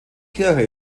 kirche